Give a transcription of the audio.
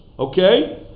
Okay